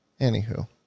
Anywho